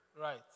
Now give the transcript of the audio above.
Right